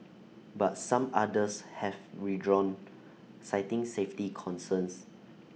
but some others have withdrawn citing safety concerns